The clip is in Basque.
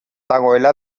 dagoela